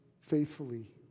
faithfully